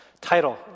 title